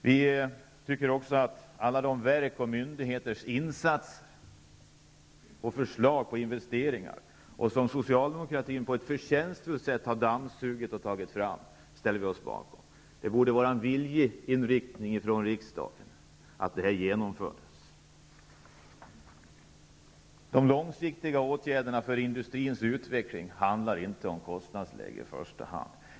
Vi ställer oss också bakom alla de insatser som gjorts och förslag till investeringar som lämnats av verk och myndigheter, vilka Socialdemokraterna på ett förtjänstfullt sätt har tagit fram. Riksdagen borde uttala som sin viljeinriktning att detta skall genomföras. När det gäller de långsiktiga åtgärderna för industrins utveckling handlar det inte i första hand om kostnadsläget.